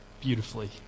beautifully